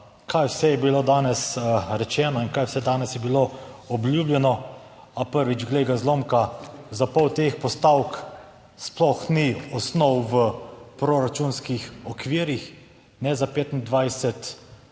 Kaj vse je bilo danes rečeno in kaj vse danes je bilo obljubljeno, a prvič, glej ga zlomka, za pol teh postavk sploh ni osnov v proračunskih okvirih, ne za 2025